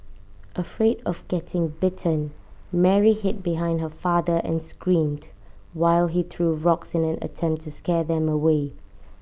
afraid of getting bitten Mary hid behind her father and screamed while he threw rocks in an attempt to scare them away